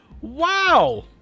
Wow